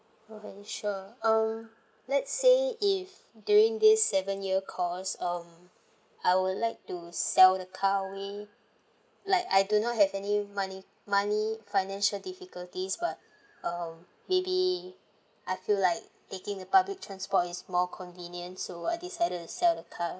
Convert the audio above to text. okay sure um let's say if during this seven year course um I would like to sell the car away like I do not have any money money financial difficulties but um maybe I feel like taking the public transport is more convenient so I decided to sell the car